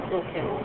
okay